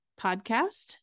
podcast